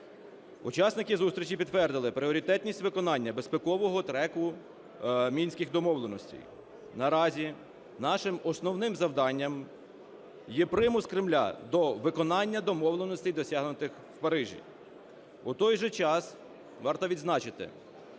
Учасники зустрічі підтвердили пріоритетність виконання безпекового треку Мінських домовленостей. Наразі нашим основним завданням є примус Кремля до виконання домовленостей, досягнутих в Парижі. В той же час, варто відзначити,